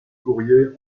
courrier